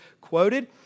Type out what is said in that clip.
quoted